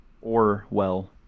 Orwell